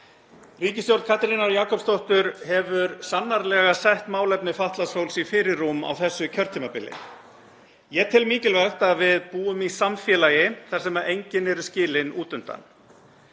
Ríkisstjórn Katrínar Jakobsdóttur hefur sannarlega sett málefni fatlaðs fólks í fyrirrúm á þessu kjörtímabili. Ég tel mikilvægt að við búum í samfélagi þar sem enginn er skilinn út undan.